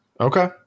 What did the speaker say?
Okay